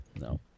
No